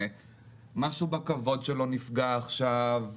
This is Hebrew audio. משהו בכבוד שלו נפגע עכשיו,